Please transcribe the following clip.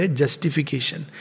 justification